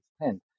extent